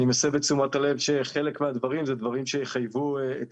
אני מסב את תשומת הלב שחלק מהדברים זה דברים שיחייבו את